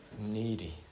needy